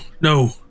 no